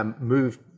move